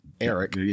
Eric